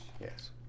Yes